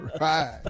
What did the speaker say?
Right